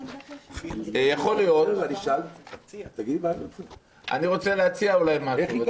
אני רוצה להציע משהו.